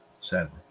sadly